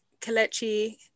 Kalechi